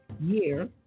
year